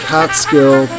Catskill